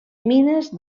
mines